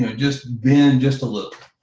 ah just bend just a little.